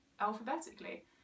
alphabetically